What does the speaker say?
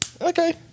Okay